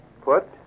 Put